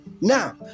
Now